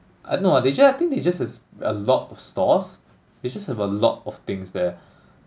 uh no they just they just is a lot of stores they just have a lot of things there